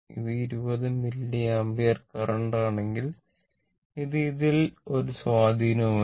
ഇത് 20 milliampere current ആണെങ്കിൽ ഇത് ഇതിൽ ഒരു സ്വാധീനവുമില്ല